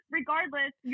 regardless